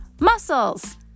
Muscles